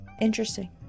interesting